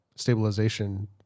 stabilization